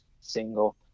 single